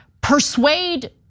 persuade